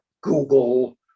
google